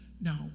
Now